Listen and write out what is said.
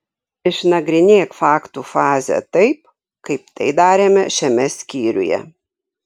išnagrinėk faktų fazę taip kaip tai darėme šiame skyriuje